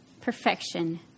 perfection